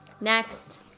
Next